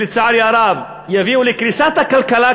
שלצערי הרב יביאו לקריסת הכלכלה,